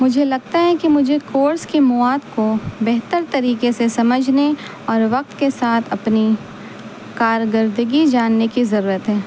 مجھے لگتا ہے کہ مجھے کورس کی مواد کو بہتر طریقے سے سمجھنے اور وقت کے ساتھ اپنی کارکردگی جاننے کی ضرورت ہے